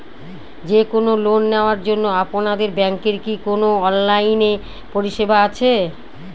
যে কোন লোন নেওয়ার জন্য আপনাদের ব্যাঙ্কের কি কোন অনলাইনে পরিষেবা আছে?